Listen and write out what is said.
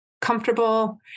comfortable